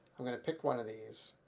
i'm going to pick one of these